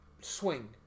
swing